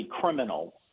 criminal